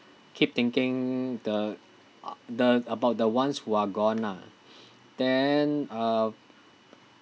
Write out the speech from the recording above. keep thinking the uh the about the ones who are gone ah then uh